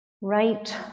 right